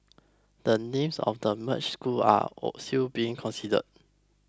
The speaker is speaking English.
the names of the merged schools are all still being considered